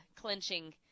clinching